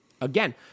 Again